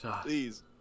Please